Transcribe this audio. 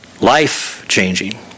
life-changing